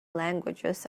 languages